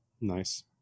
nice